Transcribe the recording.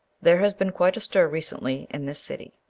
there has been quite a stir recently in this city,